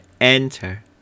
enter